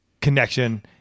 connection